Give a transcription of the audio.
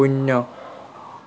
শূন্য